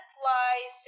fly